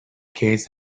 case